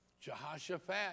Jehoshaphat